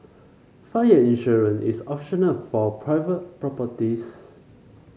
fire insurance is optional for private properties